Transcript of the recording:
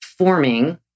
forming